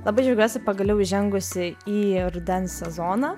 labai džiaugiuosi pagaliau įžengusi į rudens sezoną